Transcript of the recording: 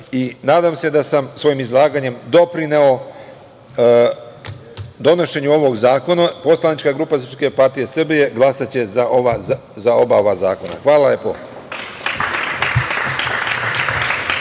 i nadam se da sam svojim izlaganjem doprineo donošenju ovog zakona. Poslanička grupa SPS glasaće za oba ova zakona. Hvala lepo.